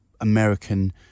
american